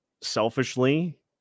selfishly